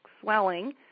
swelling